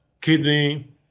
kidney